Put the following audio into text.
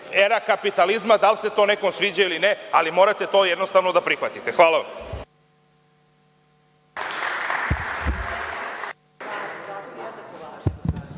era kapitalizma, da li se to nekome sviđa ili ne, ali morate to jednostavno da prihvatite. Hvala vam.